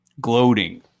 gloating